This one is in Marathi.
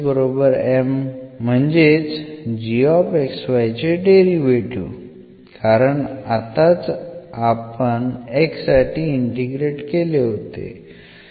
म्हणजेच gxy चे डेरिव्हेटीव्ह कारण आताच आपण x साठी इंटिग्रेट केले होते